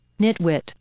Nitwit